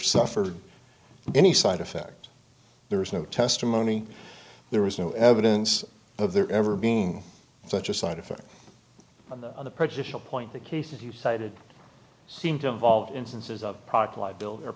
suffered any side effect there was no testimony there was no evidence of there ever being such a side effect on the other prejudicial point the key thing he cited seem to involve instances of